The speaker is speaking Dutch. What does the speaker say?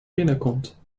binnenkomt